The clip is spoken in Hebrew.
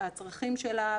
הצרכים שלה.